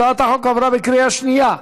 הצעת החוק עברה בקריאה שנייה.